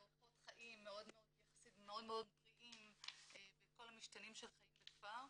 מאורחות חיים יחסית מאוד בריאים וכל המשתנים של חיים בכפר,